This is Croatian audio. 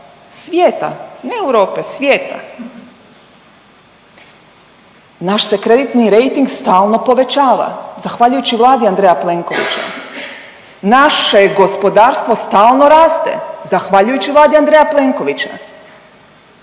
svijeta. Ne Europe, svijeta. Naš se kreditni rejting stalno povećava zahvaljujući vladi Andreja Plenkovića. Naše je gospodarstvo stalno raste zahvaljujući vladi Andreja Plenkovića.